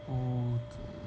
屋子